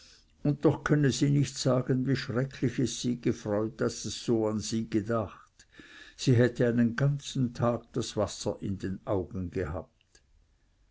und doch könne sie nicht sagen wie schrecklich es sie gefreut daß es so an sie gedacht sie hätte einen ganzen tag das wasser in den augen gehabt